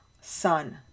sun